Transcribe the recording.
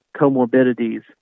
comorbidities